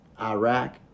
iraq